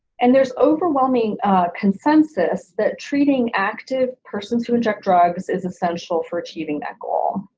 and there's overwhelming consensus that treating active persons who inject drugs is essential for achieving that goal.